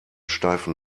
steifen